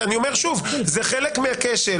אני אומר שוב, זה חלק מהכשל.